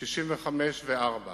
65 ו-4.